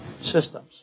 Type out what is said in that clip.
systems